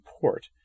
port